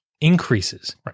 increases